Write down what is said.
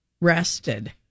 rested